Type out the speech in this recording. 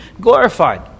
glorified